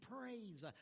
praise